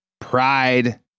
pride